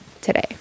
today